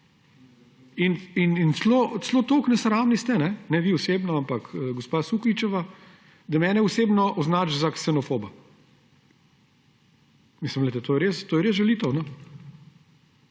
Celo toliko nesramni ste, ne vi osebno, ampak gospa Sukič, da mene osebno označi za ksenofoba. Mislim! To je res žalitev,